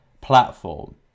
platform